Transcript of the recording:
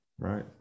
Right